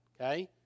okay